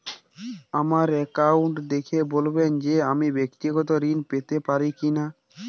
আমার অ্যাকাউন্ট দেখে বলবেন যে আমি ব্যাক্তিগত ঋণ পেতে পারি কি না?